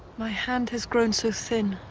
my hand has grown so thin